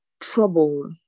trouble